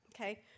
Okay